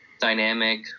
dynamic